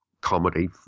comedy